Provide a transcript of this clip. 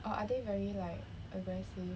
or are they very like aggressive